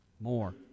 more